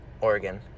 Oregon